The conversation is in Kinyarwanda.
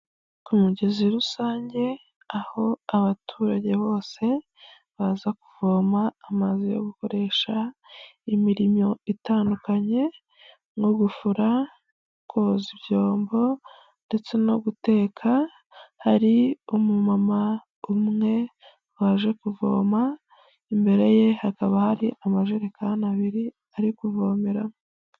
Ku mugezi rusange aho abaturage bose baza kuvoma amazi yo gukoresha imirimo itandukanye nko gufura, koza ibyombo ndetse no guteka. Hari umumama umwe waje kuvoma imbere ye hakaba hari amajerekani abiri ari kuvomeramo.